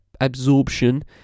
absorption